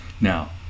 Now